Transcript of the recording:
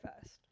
first